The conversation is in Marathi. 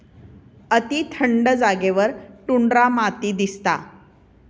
अती थंड जागेवर टुंड्रा माती दिसता